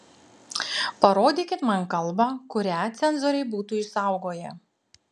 parodykit man kalbą kurią cenzoriai būtų išsaugoję